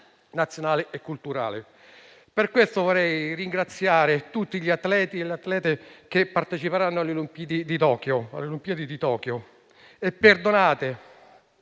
nazionale e culturale. Per questo, vorrei ringraziare tutti gli atleti e le atlete che parteciperanno alle Olimpiadi di Tokyo e permettetemi